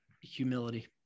humility